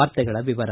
ವಾರ್ತೆಗಳ ವಿವರ